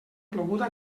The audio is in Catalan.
ploguda